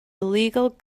illegal